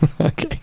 Okay